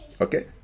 Okay